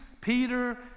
Peter